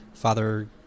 father